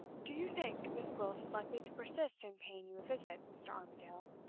do you think miss gwilt is likely to persist in paying you a visit, mr. armadale,